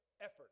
effort